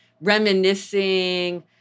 reminiscing